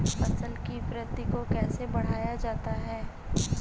फसल की वृद्धि को कैसे बढ़ाया जाता हैं?